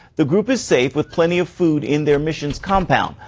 the group is safe with plenty of food in their mission's compound,